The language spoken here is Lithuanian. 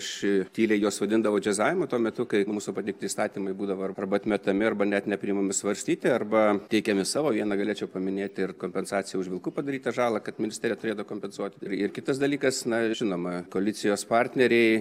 ši tyliai juos vadindavo džiazavimu tuo metu kai mūsų pateikti įstatymai būdavo arba atmetami arba net nepriimami svarstyti arba teikiami savo viena galėčiau paminėti ir kompensacijų už vilkų padarytą žalą kad ministerija turėtų kompensuoti ir kitas dalykas na žinoma koalicijos partneriai